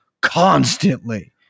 constantly